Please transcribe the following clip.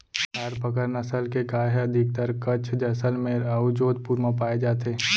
थारपकर नसल के गाय ह अधिकतर कच्छ, जैसलमेर अउ जोधपुर म पाए जाथे